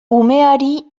umeari